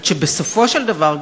עד שבסופו של דבר,